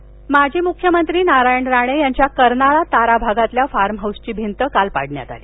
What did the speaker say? राणे बांधकाम माजी मुख्यमंत्री नारायण राणे यांच्या कर्नाळा तारा भागातील फार्म हाऊसची भिंत काल पाडण्यात आली